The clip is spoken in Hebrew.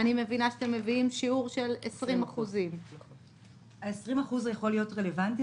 אני מבינה שאתם מביאים שיעור של 20%. 20% יכול להיות רלוונטי